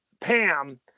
Pam